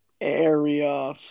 area